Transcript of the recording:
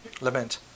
lament